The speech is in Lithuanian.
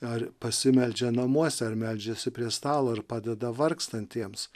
ar pasimeldžia namuose ar meldžiasi prie stalo ar padeda vargstantiems